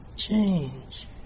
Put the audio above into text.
Change